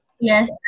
Yes